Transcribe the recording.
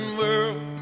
world